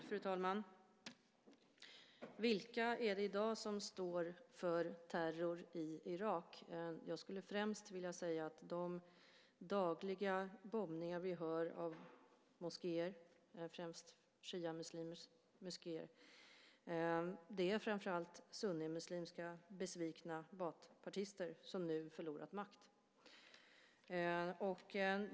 Fru talman! Vilka är det i dag som står för terrorn i Irak? Jag skulle vilja säga att de dagliga bombningar av moskéer som vi hör talas om främst drabbar shiamuslimers moskéer. De utförs framför allt av sunnimuslimska besvikna bathpartister som förlorat makt.